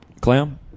clam